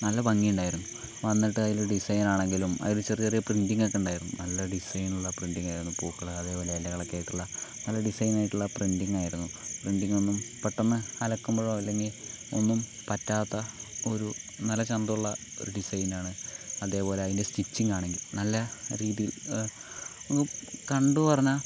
നല്ല ഭംഗിയിണ്ടായിരുന്നു വന്നിട്ട് അതിൻ്റെ ഡിസൈനാണെങ്കിലും അതിൽ ചെറിയ ചെറിയ പ്രിൻറ്റിങ് ഒക്കെ ഇണ്ടായിരുന്നു നല്ല ഡിസൈനുള്ള പ്രിൻറ്റിങ് ആയിരുന്നു പൂക്കൾ അതേപോലെ ഇലകളൊക്കെയായിട്ടുള്ള നല്ല ഡിസൈൻ ആയിട്ടുള്ള പ്രിൻറ്റിങ് ആയിരുന്നു പ്രിൻറ്റിങ് ഒന്നും പെട്ടെന്ന് അലക്കുമ്പോഴോ അല്ലെങ്കിൽ ഒന്നും പറ്റാത്ത ഒരു നല്ല ചന്തമുള്ള ഒരു ഡിസൈനാണ് അതേപോലെ അതിന്റെ സ്റ്റിച്ചിങ് ആണെങ്കിലും നല്ല രീതിയിൽ ഒന്ന് കണ്ട് പറഞ്ഞാൽ